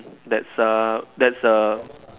that's a that's a